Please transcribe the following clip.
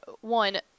One